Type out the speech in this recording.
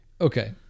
Okay